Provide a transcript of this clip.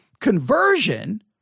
conversion